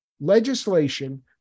legislation